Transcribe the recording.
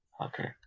Okay